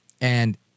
And-